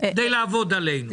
כדי לעבוד עלינו.